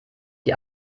die